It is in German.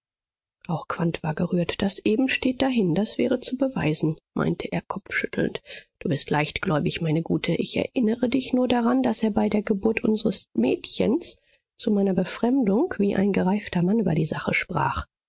auch quandt war gerührt das eben steht dahin das wäre zu beweisen meinte er kopfschüttelnd du bist leichtgläubig meine gute ich erinnere dich nur daran daß er bei der geburt unsers mädchens zu meiner befremdung wie ein gereifter mann über die sache sprach